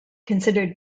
considered